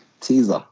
teaser